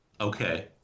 okay